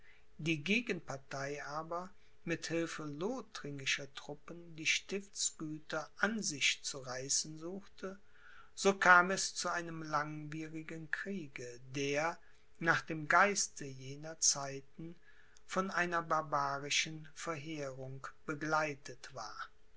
die gegenpartei aber mit hilfe lothringischer truppen die stiftsgüter an sich zu reißen suchte so kam es zu einem langwierigen kriege der nach dem geiste jener zeiten von einer barbarischen verheerung begleitet war